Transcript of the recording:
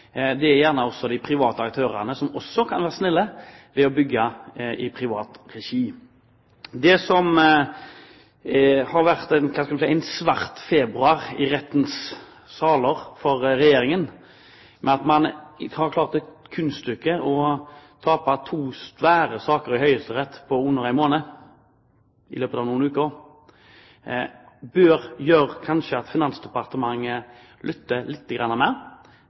Det er gjerne også de private aktørene, som også kan være snille, ved å bygge i privat regi. Det som har vært en – skal vi si – svart februar i rettssalene for Regjeringen, ved at man har klart det kunststykket å tape to svære saker i Høyesterett på under en måned, i løpet av noen uker, bør kanskje føre til at Finansdepartementet lytter lite grann